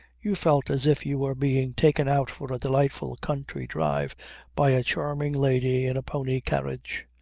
you felt as if you were being taken out for a delightful country drive by a charming lady in a pony carriage.